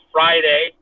Friday